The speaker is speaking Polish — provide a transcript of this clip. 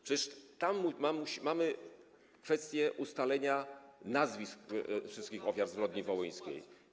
Przecież tam mamy kwestię ustalenia nazwisk wszystkich ofiar zbrodni wołyńskiej.